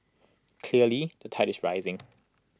clearly the tide is rising